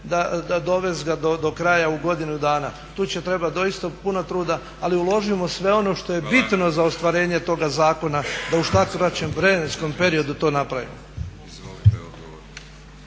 dovest ga do kraja u godinu dana. Tu će trebati doista puno truda ali uložimo sve ono što je bitno za ostvarenje toga zakona da u šta krećem vremenskom periodu to napravimo.